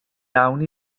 iawn